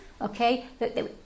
okay